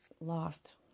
lost